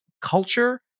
culture